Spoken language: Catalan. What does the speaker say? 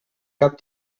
cap